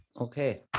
Okay